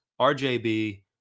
RJB